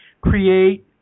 create